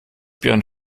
björn